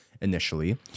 initially